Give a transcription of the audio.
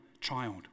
child